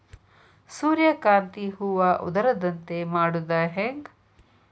ಸೂರ್ಯಕಾಂತಿ ಹೂವ ಉದರದಂತೆ ಮಾಡುದ ಹೆಂಗ್?